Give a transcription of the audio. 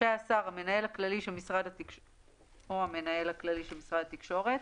רשאי השר או המנהל הכללי של משרד התקשורת,